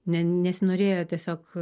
ne nesinorėjo tiesiog